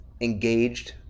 engaged